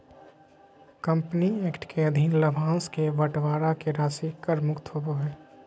company act के अधीन लाभांश के बंटवारा के राशि कर मुक्त होबो हइ